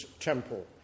temple